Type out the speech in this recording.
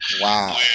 wow